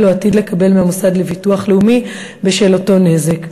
או עתיד לקבל מהמוסד לביטוח לאומי בשל אותו נזק.